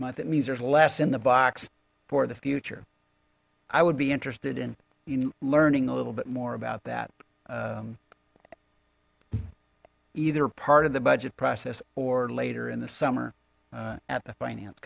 month that means there's less in the box for the future i would be interested in in learning a little bit more about that either part of the budget process or later in the summer at the finance